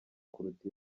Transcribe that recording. kuruta